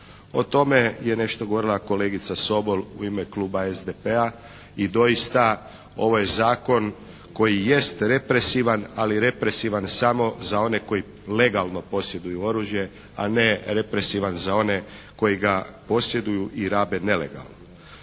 O tome je nešto govorila kolegica Sobol u ime kluba SDP-a i doista ovo je zakon koji jest represivan, ali represivan samo za one koji legalno posjeduju oružje, a ne represivan za one koji ga posjeduju i rabe nelegalno.